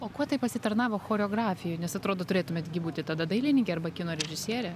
o kuo tai pasitarnavo choreografijoj nes atrodo turėtumėt gi būti tada dailininkė arba kino režisierė